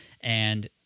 and-